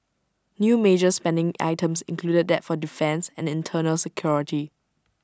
new major spending items included that for defence and internal security